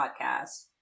podcast